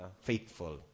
faithful